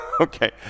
Okay